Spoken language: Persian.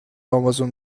آمازون